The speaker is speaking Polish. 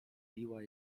biła